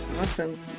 awesome